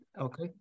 okay